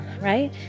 right